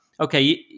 Okay